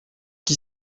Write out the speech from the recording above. qui